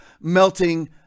melting